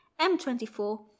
M24